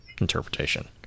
interpretation